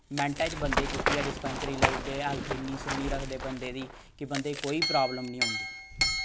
मैंटे च बंदे ही चुक्कियै डिस्पेंसरी लेआउड़दे हैल्थ इ'न्नी सोह्नी रखदे बंदे दी कि बंदे गी कोई प्राब्लम नि औंदी